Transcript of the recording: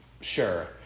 Sure